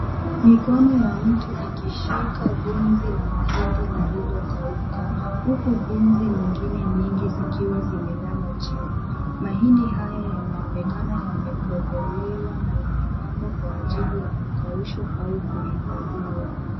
Mikono ya mtu ikishika gumzi la mahindi lililo kauka, huku gumzi nyingine nyingi zikiwa zimelala chini. Mahindi haya yanaonekana yametobolewa na yamepangwa kwa hajili ya kukaushwa kwa ajili ya kuhifadhiwa.